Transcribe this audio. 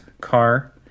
car